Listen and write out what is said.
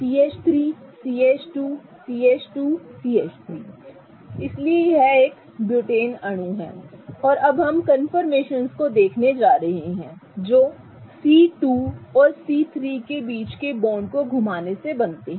CH3CH2CH2CH3 इसलिए यह एक ब्यूटेन अणु है और हम कन्फर्मेशनस को देखने जा रहे हैं जो C 2 और C 3 के बीच बॉन्ड को घुमाने से बनते हैं